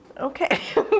Okay